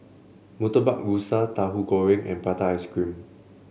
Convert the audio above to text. Murtabak Rusa Tahu Goreng and Prata Ice Cream